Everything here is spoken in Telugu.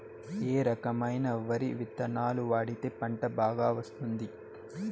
ఏ రకమైన వరి విత్తనాలు వాడితే పంట బాగా వస్తుంది?